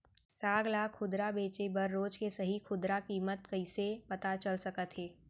साग ला खुदरा बेचे बर रोज के सही खुदरा किम्मत कइसे पता चल सकत हे?